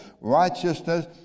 righteousness